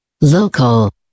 local